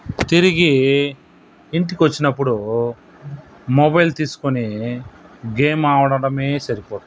తిరిగి ఇంటికొచ్చినప్పుడు మొబైల్ తీస్కొని గేమ్ ఆడడమే సరిపోతుంది